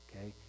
okay